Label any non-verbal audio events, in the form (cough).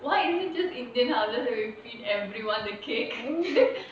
why is it just indian houses where we feed everyone the cake (laughs)